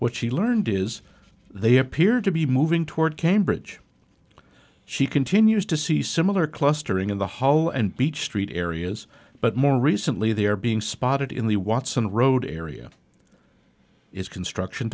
what she learned is they appear to be moving toward cambridge she continues to see similar clustering in the hollow and beech street areas but more recently they are being spotted in the watson road area is construction